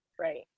right